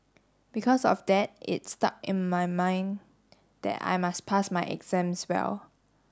because of that it stuck in my mind that I must pass my exams well